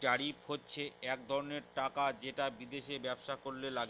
tariff হচ্ছে এক ধরনের টাকা যেটা বিদেশে ব্যবসা করলে লাগে